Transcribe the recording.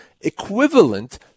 equivalent